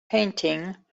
painting